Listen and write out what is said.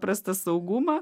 prastą saugumą